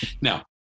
Now